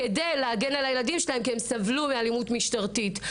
כדי להגן על הילדים שלהן כי הם סבלו מאלימות משטרתית.